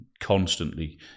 constantly